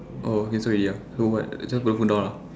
oh can stop already ah so what just put the phone down ah